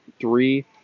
three